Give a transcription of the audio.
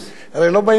הרי לא באים ואומרים,